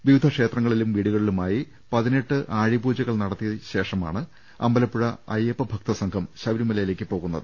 വിവിധ ക്ഷേത്രങ്ങളിലും വീടുക ളിലുമായി പതിനെട്ട് ആഴിപൂജകൾ നടത്തിയതിന് ശേഷമാണ് അമ്പ ലപ്പുഴ അയ്യപ്പ ഭക്തസംഘം ശബരിമലയ്ക്ക് പോകുന്നത്